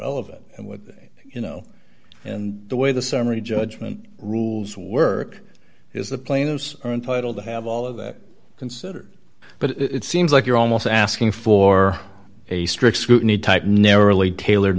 relevant and what you know and the way the summary judgment rules work is the plaintiffs are entitled to have all of that considered but it seems like you're almost asking for a strict scrutiny type narrowly tailored